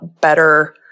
better